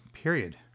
Period